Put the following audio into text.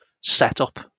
setup